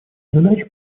задач